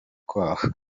kwabo